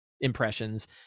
impressions